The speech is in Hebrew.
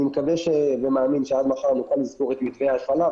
אני מקווה שעד מחר נוכל לפתור את מקרי ההפעלה,